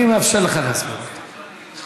אני מאפשר לך להסביר אותה.